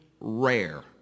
rare